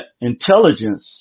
intelligence